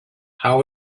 how